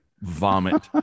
vomit